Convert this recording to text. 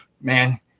man